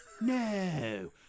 No